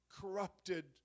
corrupted